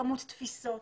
כמות תפיסות,